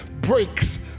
breaks